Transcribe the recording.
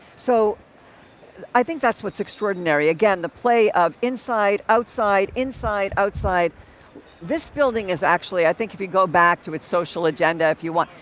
so i think that's what's extraordinary. again, the play of inside, outside, inside, outside this building is actually i think if you go back to its social agenda, if you want.